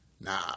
nah